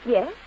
Yes